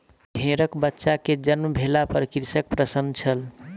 भेड़कबच्चा के जन्म भेला पर कृषक प्रसन्न छल